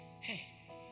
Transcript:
Hey